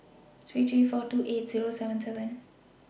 three three four two eight Zero seven seven